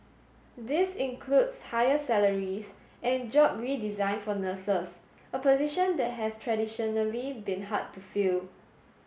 this includes higher salaries and job redesign for nurses a position that has traditionally been hard to fill